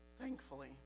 thankfully